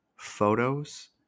photos